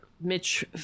Mitch